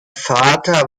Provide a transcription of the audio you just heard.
vater